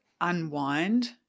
unwind